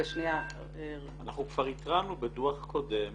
אנחנו כבר התרענו בדוח קודם